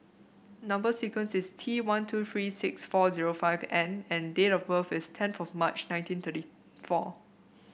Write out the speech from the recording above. number sequence is T one two three six four zero five N and date of birth is tenth of March nineteen thirty four